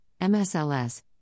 MSLS